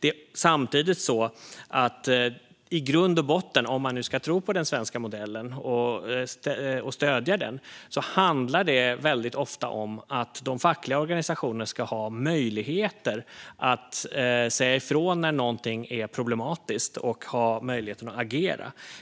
Det är samtidigt så att det i grund och botten, om man nu ska tro på den svenska modellen och stödja den, väldigt ofta handlar om att de fackliga organisationerna ska ha möjligheter att säga ifrån när någonting är problematiskt och ha möjligheten att agera.